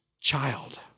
child